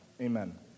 Amen